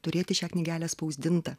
turėti šią knygelę spausdintą